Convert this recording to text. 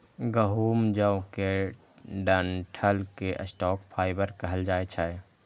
गहूम, जौ के डंठल कें स्टॉक फाइबर कहल जाइ छै